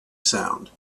sound